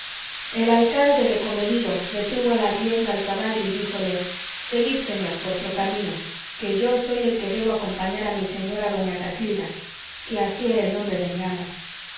el alcalde de comedido detuvo la rienda al caballo y díjole seguid señor vuestro camino que yo soy el que debo acompañar a mi señora doña casilda que así era el nombre de mi ama